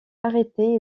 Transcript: arrêté